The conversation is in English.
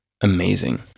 Amazing